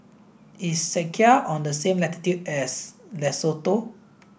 is Czechia on the same latitude as Lesotho